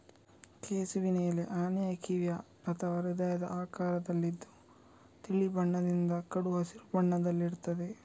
ಕೆಸುವಿನ ಎಲೆ ಆನೆಯ ಕಿವಿಯ ಅಥವಾ ಹೃದಯದ ಆಕಾರದಲ್ಲಿದ್ದು ತಿಳಿ ಬಣ್ಣದಿಂದ ಕಡು ಹಸಿರು ಬಣ್ಣದಲ್ಲಿರ್ತದೆ